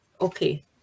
okay